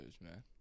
man